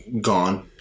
gone